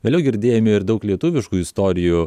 vėliau girdėjome ir daug lietuviškų istorijų